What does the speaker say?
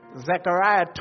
Zechariah